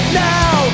now